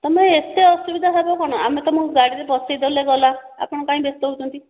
ତୁମେ ଏତେ ଅସୁବିଧା ହେବ କଣ ଆମେ ତୁମକୁ ଗାଡ଼ିରେ ବସେଇଦେଲେ ଗଲା ଆପଣ କାଇଁ ବ୍ୟସ୍ତ ହେଉଛନ୍ତି